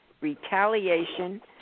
retaliation